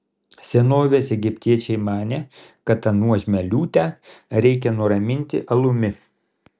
senovės egiptiečiai manė kad tą nuožmią liūtę reikia nuraminti alumi